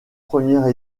première